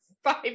five